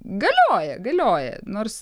galioja galioja nors